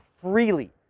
freely